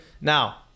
Now